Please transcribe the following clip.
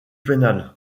pénale